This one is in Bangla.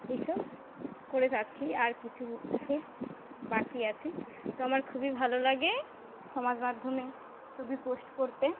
এইসব করে আছি আর কিছু উৎসব বাকি আছে তো আমার খুবই ভালো লাগে সমাজ মাধ্যমে ছবি পোস্ট করতে